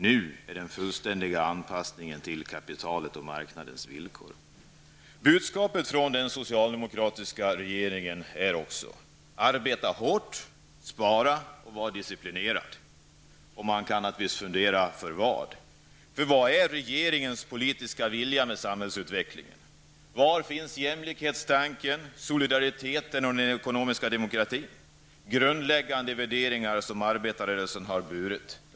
Nu är det fråga om en fullständig anpassning till kapitalets och marknadens villkor. Budskapet från den socialdemokratiska regeringen är: Arbeta hårt, spara och var disciplinerad! Man kan naturligtvis fråga sig varför. Vilken är regeringens politiska vilja med samhällsutvecklingen? Var finns jämlikhetstanken, solidariteten och den ekonomiska demokratin? Var finns de grundläggande värderingar som arbetarrörelsen har burit?